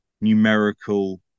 numerical